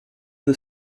the